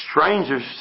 strangers